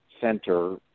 center